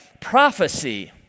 prophecy